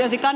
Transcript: sasi